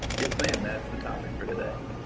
yes, ma'am. that's the topic for today.